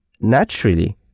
naturally